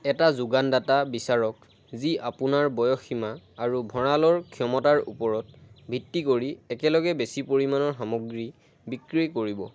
এটা যোগানদাতা বিচাৰক যি আপোনাৰ বয়সসীমা আৰু ভঁৰালৰ ক্ষমতাৰ ওপৰত ভিত্তি কৰি একেলগে বেছি পৰিমাণৰ সামগ্ৰী বিক্ৰী কৰিব